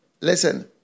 Listen